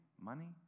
money